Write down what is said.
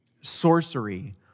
sorcery